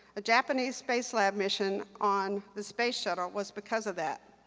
a japanse space lab mission on the space shuttle was because of that.